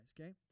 Okay